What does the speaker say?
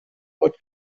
but